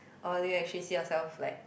or do you actually see yourself like